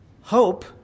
hope